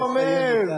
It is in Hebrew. לא רומז,